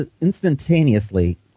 instantaneously